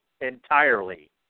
entirely